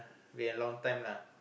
been a long time lah